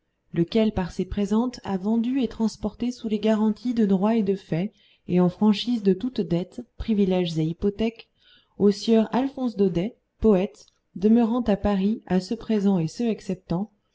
lequel par ces présentes a vendu et transporté sous les garanties de droit et de fait et en franchise de toutes dettes privilèges et hypothèques au sieur alphonse daudet poète demeurant à paris à ce présent et ce acceptant